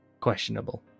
Questionable